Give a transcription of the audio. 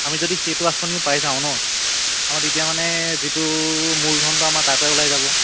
আমি যদি সেইটো আঁচনিও পাই যাওঁ ন আমাৰ তেতিয়া মানে যিটো মূলধনটো আমাৰ তাৰপৰাই ওলাই যাব